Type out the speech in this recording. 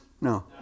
No